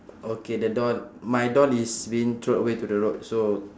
okay the doll my doll is being thrown away to the road so